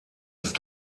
ist